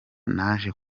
naje